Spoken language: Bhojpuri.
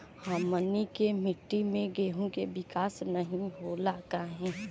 हमनी के मिट्टी में गेहूँ के विकास नहीं होला काहे?